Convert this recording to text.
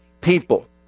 people